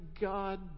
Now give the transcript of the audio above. God